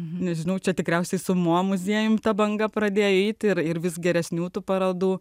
nežinau čia tikriausiai su mo muziejumi ta banga pradėjo eiti ir ir vis geresnių tų parodų